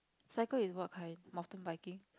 cycle is what kind mountain biking